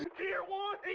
tier one!